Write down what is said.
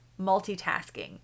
multitasking